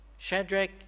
Shadrach